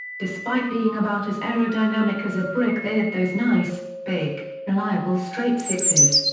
despite being about as aerodynamic as a brick they had those nice big, reliable straight sixes.